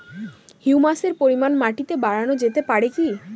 হিউমাসের পরিমান মাটিতে বারানো যেতে পারে কি?